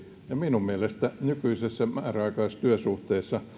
minun mielestäni nykyisessä määräaikaistyösuhteessa